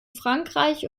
frankreich